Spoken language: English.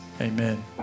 amen